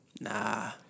Nah